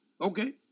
okay